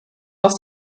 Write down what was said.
was